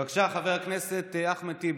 בבקשה, חבר הכנסת אחמד טיבי.